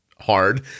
hard